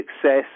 success